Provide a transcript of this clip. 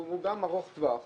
הוא גם ארוך טווח